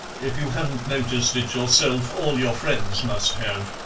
if you haven't noticed it yourself all your friends must have.